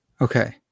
Okay